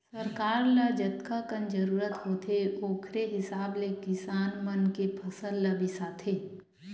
सरकार ल जतकाकन जरूरत होथे ओखरे हिसाब ले किसान मन के फसल ल बिसाथे